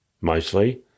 mostly